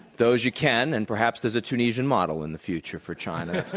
those, you can, and perhaps there's a tunisian model in the future for china.